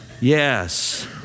Yes